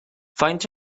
faint